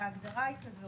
וההגדרה היא כזאת: